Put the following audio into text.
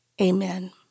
Amen